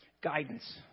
guidance